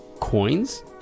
coins